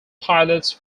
pilots